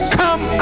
come